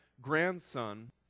grandson